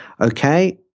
okay